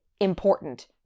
important